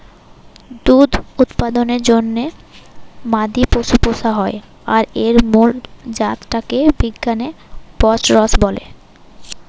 দুধ উৎপাদনের জন্যে মাদি পশু পুশা হয় আর এর মুল জাত টা কে বিজ্ঞানে বস্টরস বলে